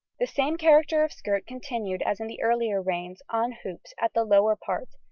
the same character of skirt continued as in the earlier reigns on hoops at the lower part,